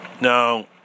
Now